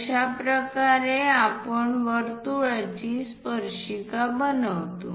अशाप्रकारे आपण वर्तुळाची स्पर्शिका बनवतो